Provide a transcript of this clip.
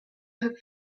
who